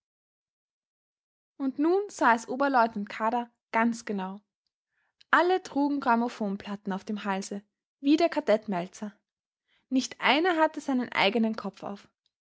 und nun sah es oberleutnant kadar ganz genau alle trugen grammophonplatten auf dem halse wie der kadett meltzar nicht einer hatte seinen eigenen kopf auf